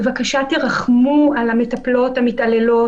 בבקשה תרחמו על המטפלות המתעללות,